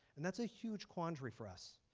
and that's a huge quandary for us.